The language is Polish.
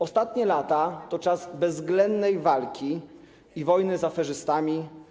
Ostatnie lata to czas bezwzględnej walki, wojny z aferzystami.